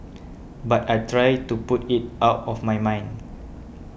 but I try to put it out of my mind